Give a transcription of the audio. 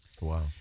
Wow